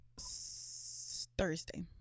thursday